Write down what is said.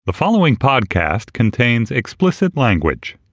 the following podcast contains explicit language